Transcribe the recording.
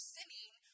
sinning